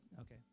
okay